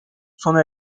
sona